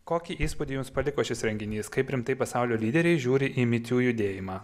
kokį įspūdį jums paliko šis renginys kaip rimtai pasaulio lyderiai žiūri į micių judėjimą